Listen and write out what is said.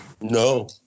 No